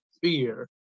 fear